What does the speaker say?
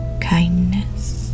kindness